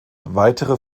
weitere